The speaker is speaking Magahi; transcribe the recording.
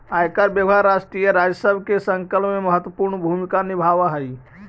आयकर विभाग राष्ट्रीय राजस्व के संकलन में महत्वपूर्ण भूमिका निभावऽ हई